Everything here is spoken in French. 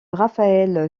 rafael